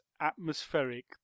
atmospheric